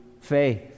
faith